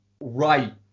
right